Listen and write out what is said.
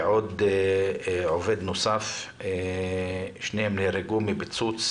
ועוד עובד נוסף בן 40, שניהם נהרגו מפיצוץ